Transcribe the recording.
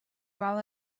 well